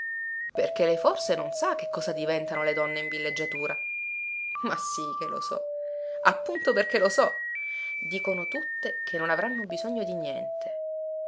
perché lei forse non sa che cosa diventano le donne in villeggiatura ma sì che lo so appunto perché lo so dicono tutte che non avranno bisogno di niente